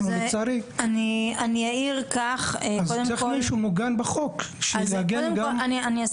אז צריך משהו מעוגן בחוק --- אני אסביר,